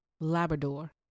Labrador